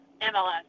mls